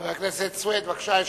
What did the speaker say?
חבר הכנסת סוייד, בבקשה.